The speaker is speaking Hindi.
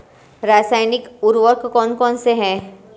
रासायनिक उर्वरक कौन कौनसे हैं?